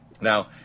Now